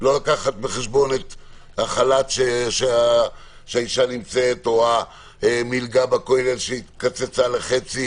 לא לקחת בחשבון את החל"ת שהאשה נמצאת או את המלגה בכולל שקוצצה לחצי